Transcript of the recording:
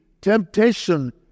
temptation